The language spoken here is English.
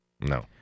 No